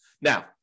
Now